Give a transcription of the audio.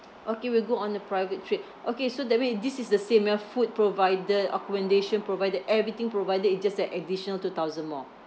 okay we'll go on a private trip okay so that mean this is the similar food provided accommodation provided everything provided it just an additional two thousand more